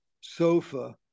sofa